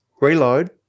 reload